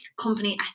company